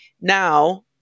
now